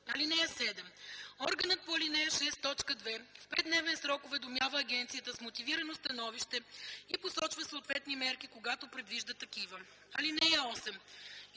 съюз. (7) Органът по ал. 6, т. 2 в 5-дневен срок уведомява агенцията с мотивирано становище и посочва съответни мерки, когато предвижда такива. (8)